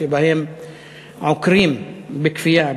שבה עוקרים בכפייה,